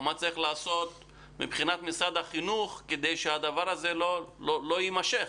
מצד משרד החינוך כדי שהדבר הזה לא יימשך?